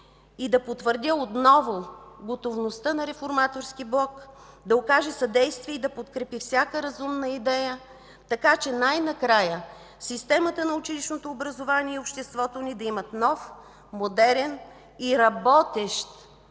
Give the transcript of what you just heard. и да потвърдя отново готовността на Реформаторския блок да окаже съдействие и да подкрепи всяка разумна идея, така че най-накрая системата на училищното образование и обществото ни да имат нов, модерен и работещ Закон